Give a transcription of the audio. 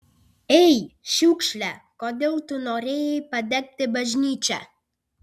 ei šiukšle kodėl tu norėjai padegti bažnyčią